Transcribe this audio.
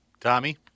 Tommy